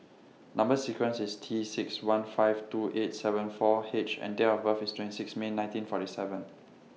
Number sequence IS T six one five two eight seven four H and Date of birth IS twenty six May nineteen forty seven